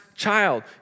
child